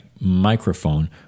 microphone